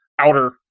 outer